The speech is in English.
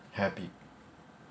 happy